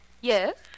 Yes